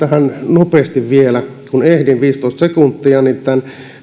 nopeasti vielä kun ehdin viisitoista sekuntia tämän